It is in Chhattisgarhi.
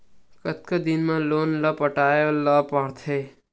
कतका दिन मा लोन ला पटाय ला पढ़ते?